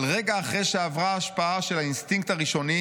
אבל רגע אחרי שעברה ההשפעה של האינסטינקט הראשוני